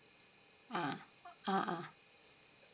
uh a'ah